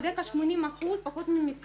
בדרך כלל 80%, פחות ממשרה,